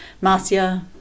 Marcia